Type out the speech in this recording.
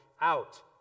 out